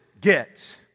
get